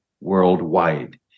worldwide